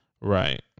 Right